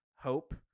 hope